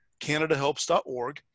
canadahelps.org